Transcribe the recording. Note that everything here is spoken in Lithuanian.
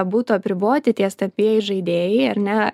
būtų apriboti tie stambieji žaidėjai ar ne